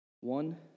One